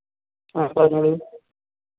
ആ പറഞ്ഞോളൂ